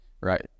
right